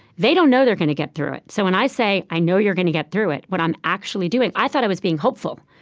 they don't know they're going to get through it. so when i say, i know you're going to get through it, what i'm actually doing i thought i was being hopeful.